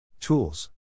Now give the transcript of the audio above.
Tools